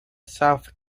south